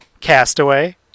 Castaway